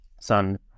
son